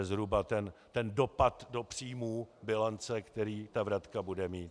To je zhruba ten dopad do příjmů, bilance, který ta vratka bude mít.